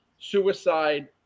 suicide